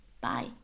bye